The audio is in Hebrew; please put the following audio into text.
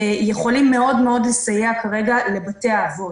יכולים מאוד מאוד לסייע כרגע לבתי האבות.